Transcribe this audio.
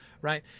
Right